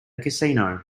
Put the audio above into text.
casino